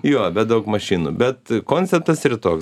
jo bet daug mašinų bet koncentas yra toks